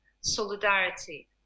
solidarity